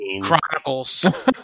Chronicles